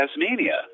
Tasmania